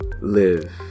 live